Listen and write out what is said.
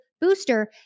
booster